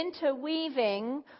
interweaving